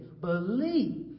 Believe